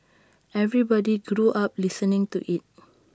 everybody grew up listening to IT